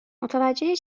متوجه